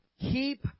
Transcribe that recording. Keep